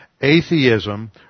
atheism